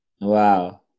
Wow